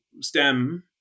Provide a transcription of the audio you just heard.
STEM